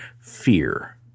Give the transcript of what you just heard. fear